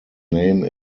name